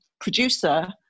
producer